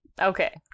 Okay